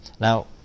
Now